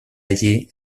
allí